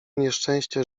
nieszczęście